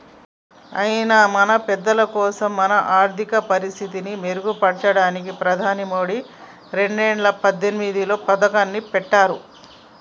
అయినా మన పెద్దలకోసం మన ఆర్థిక పరిస్థితి మెరుగుపడడానికి ప్రధాని మోదీ రెండేల పద్దెనిమిదిలో పథకాన్ని పెట్టారు